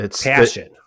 passion